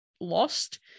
lost